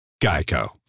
Geico